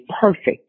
perfect